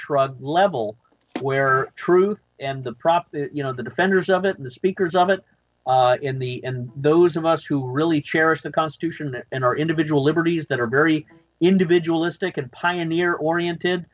shrugged level where truth and the prop you know the defenders of it the speakers of it in the end those of us who really cherish the constitution and our individual liberties that are very individualistic and pioneer oriented